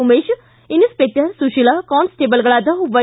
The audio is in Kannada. ಉಮೇಶ ಇನ್ನಪೆಕ್ಟರ್ ಸುಶೀಲಾ ಕಾನ್ಸ್ಟೇಬಲ್ಗಳಾದ ವೈ